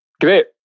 Great